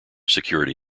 security